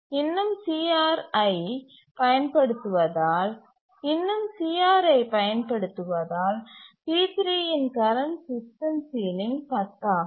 இன்னும் CRஐ பயன்படுத்துவதால் T3 இன் கரண்ட் சிஸ்டம் சீலிங் 10 ஆகும்